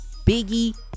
Biggie